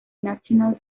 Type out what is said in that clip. national